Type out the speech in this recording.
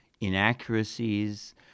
inaccuracies